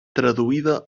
traduïda